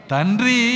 Tandri